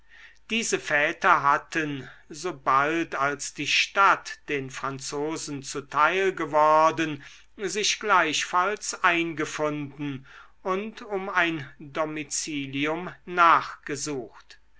diese väter hatten sobald als die stadt den franzosen zuteil geworden sich gleichfalls eingefunden und um ein domizilium nachgesucht